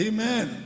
Amen